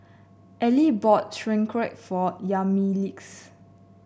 Elie bought Sauerkraut for Yamilex